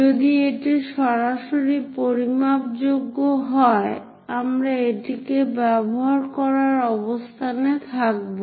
যদি এটি সরাসরি পরিমাপযোগ্য হয় আমরা এটিকে ব্যবহার করার অবস্থানে থাকব